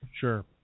Sure